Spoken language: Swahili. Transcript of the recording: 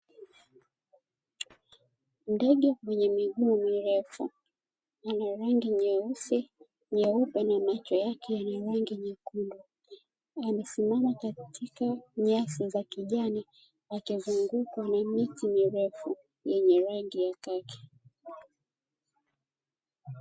Ndege mwenye miguu mirefu, anarangi nyeusi, nyeupe na macho yake yenye rangi nyekundu, amesimama katika nyasi za kijani, akizungukwa na miti mirefu yenye rangi ya kaki.